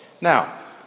Now